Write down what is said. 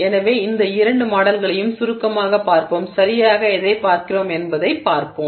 எனவே இந்த இரண்டு மாடல்களையும் சுருக்கமாகப் பார்ப்போம் சரியாக எதைப் பார்க்கிறோம் என்பதைப் பார்ப்போம்